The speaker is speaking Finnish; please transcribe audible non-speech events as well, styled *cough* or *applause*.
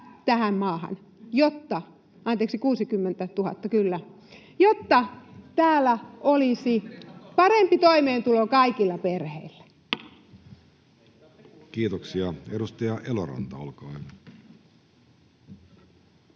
tähän maahan, *noise* — anteeksi 60 000, kyllä — jotta täällä olisi parempi toimeentulo kaikilla perheillä. Kiitoksia. — Edustaja Eloranta, olkaa hyvä.